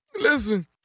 Listen